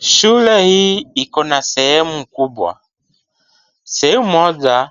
Shule hii iko na sehemu kubwa. Sehemu moja